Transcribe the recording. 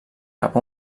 cap